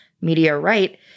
Meteorite